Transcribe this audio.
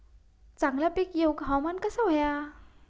चांगला पीक येऊक हवामान कसा होया?